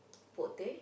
Pok-Teh